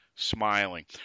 Smiling